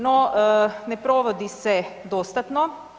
No, ne provodi se dostatno.